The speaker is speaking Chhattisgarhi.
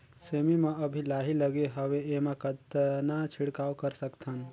सेमी म अभी लाही लगे हवे एमा कतना छिड़काव कर सकथन?